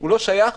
לא שייך,